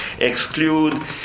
exclude